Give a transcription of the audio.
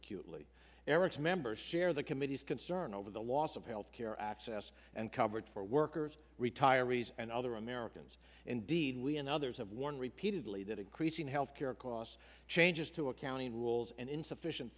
acutely erik's members share the committee's concern over the loss of health care access and coverage for workers retirees and other americans indeed we and others have warned repeatedly that increasing health care costs changes to accounting rules and insufficient